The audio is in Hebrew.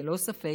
ללא ספק,